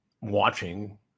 watching